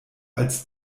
als